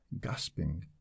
gasping